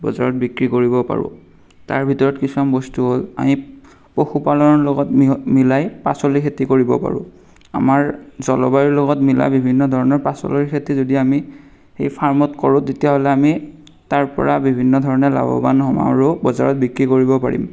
বজাৰত বিক্ৰী কৰিব পাৰোঁ তাৰ ভিতৰত কিছুমান বস্তু হ'ল আমি পশুপালনৰ লগত মি মিলাই পাচলিৰ খেতি কৰিব পাৰোঁ আমাৰ জলবায়ুৰ লগত মিলা বিভিন্ন ধৰণৰ পাচলিৰ খেতি যদি আমি সেই ফাৰ্মত কৰোঁ তেতিয়াহ'লে আমি তাৰ পৰা বিভিন্ন ধৰণে লাভৱান হম আৰু বজাৰত বিক্ৰী কৰিব পাৰিম